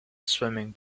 swimming